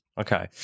Okay